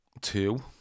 Two